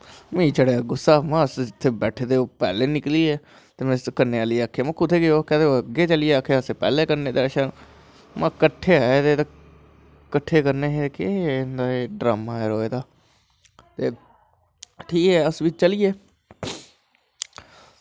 मिगी चढ़ेआ गुस्सा महां इत्थें बैठे दे ओह् पैह्लैं निकली गे कन्नै एह्ले आक्खेआ कुत्थै गे आक्खै कदैं अग्गैं चली गे आक्खै असैं पैह्लैं कन्नै अच्छा महां कट्ठे आए दे हे ते कट्ठे करनें हे केह् ड्रामां गै रेहा एह्दा ठीक ऐ अस बी चली गे